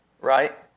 right